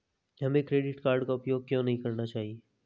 हमें credit card का उपयोग क्यों नहीं करना चाहिए?